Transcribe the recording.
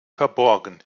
verborgen